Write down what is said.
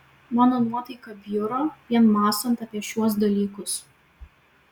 mano nuotaika bjuro vien mąstant apie šiuos dalykus